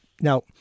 Now